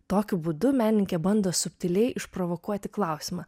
tokiu būdu menininkė bando subtiliai išprovokuoti klausimą